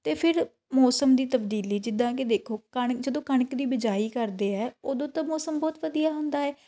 ਅਤੇ ਫਿਰ ਮੌਸਮ ਦੀ ਤਬਦੀਲੀ ਜਿੱਦਾਂ ਕਿ ਦੇਖੋ ਕਣਕ ਜਦੋਂ ਕਣਕ ਦੀ ਬਿਜਾਈ ਕਰਦੇ ਹੈ ਉਦੋਂ ਤਾਂ ਮੌਸਮ ਬਹੁਤ ਵਧੀਆ ਹੁੰਦਾ ਏ